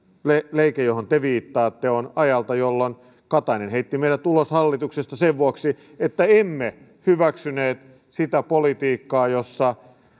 leike johon te viittaatte on ajalta jolloin katainen heitti meidät ulos hallituksesta sen vuoksi että emme hyväksyneet sitä politiikkaa jossa